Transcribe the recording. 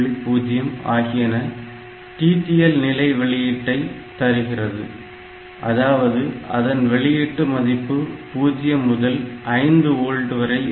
0 ஆகியன TTL நிலை வெளியீட்டை தருகிறது அதாவது அதன் வெளியீட்டு மதிப்பு 0 முதல் 5 ஓல்ட் வரை இருக்கும்